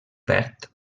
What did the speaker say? verd